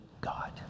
God